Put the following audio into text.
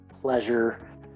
pleasure